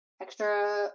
extra